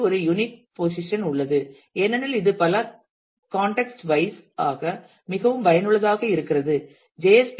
B க்கு ஒரு unique position உள்ளது ஏனெனில் இது பல கான்டெக்ஸ்ட் வைஸ் ஆக மிகவும் பயனுள்ளதாக இருக்கிறது ஜே